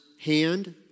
hand